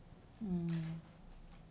mm